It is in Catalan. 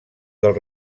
del